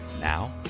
Now